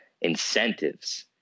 incentives